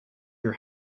your